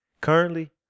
Currently